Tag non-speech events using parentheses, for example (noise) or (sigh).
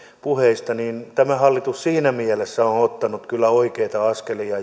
puheista tämä hallitus siinä mielessä on ottanut kyllä oikeita askelia (unintelligible)